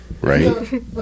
right